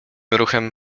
ruchem